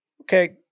okay